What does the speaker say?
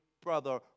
Brother